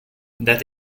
that